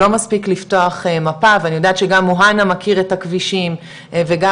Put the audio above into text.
לא מספיק לפתוח מפה ואני יודעת שגם מוהנא מכיר את הכבישים וגם